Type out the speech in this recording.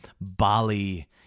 Bali